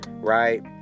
right